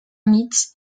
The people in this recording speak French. mitz